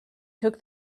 took